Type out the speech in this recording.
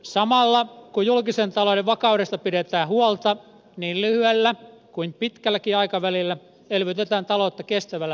samalla kun julkisen talouden vakaudesta pidetään huolta niin lyhyellä kuin pitkälläkin aikavälillä elvytetään taloutta kestävällä tavalla